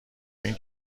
این